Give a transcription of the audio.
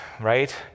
right